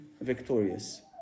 victorious